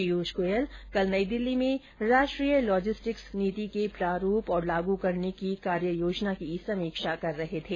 पीयूष गोयल कल नई दिल्ली में राष्ट्रीय लॉजिस्टिक्स नीति के प्रारूप और लागू करने की कार्ययोजना की समीक्षा कर रहे थे